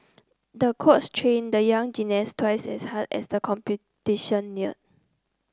the coach trained the young gymnast twice as hard as the competition neared